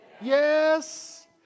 Yes